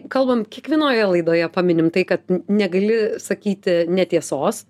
kalbant kiekvienoje laidoje paminim tai kad negali sakyti netiesos